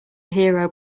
hero